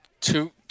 two